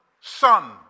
Son